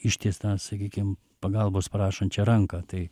ištiestą sakykim pagalbos prašančią ranką tai